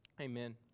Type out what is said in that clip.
amen